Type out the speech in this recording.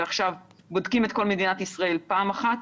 ועכשיו בודקים את כל מדינת ישראל פעם אחת,